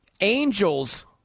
Angel's